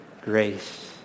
grace